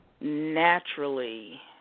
naturally